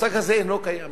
המושג הזה אינו קיים,